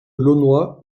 launois